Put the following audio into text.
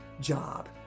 job